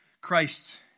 Christ